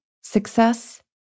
success